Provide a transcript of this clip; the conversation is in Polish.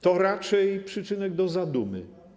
To raczej przyczynek do zadumy.